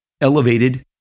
Elevated